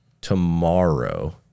tomorrow